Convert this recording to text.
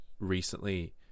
Recently